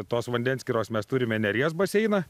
tos vandenskyros mes turime neries baseiną